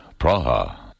Praha